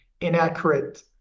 inaccurate